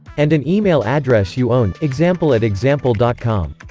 and an email address you own example at example dot com